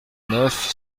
neuf